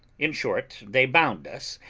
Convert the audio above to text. in short, they bound us,